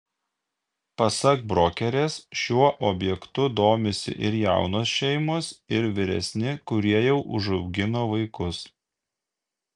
pasak brokerės šiuo objektu domisi ir jaunos šeimos ir vyresni kurie jau užaugino vaikus